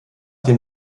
dem